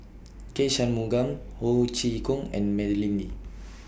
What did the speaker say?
K Shanmugam Ho Chee Kong and Madeleine Lee